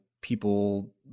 people